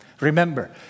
Remember